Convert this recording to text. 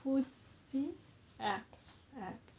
腹肌 abs abs